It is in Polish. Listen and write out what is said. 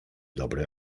dobre